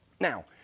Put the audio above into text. Now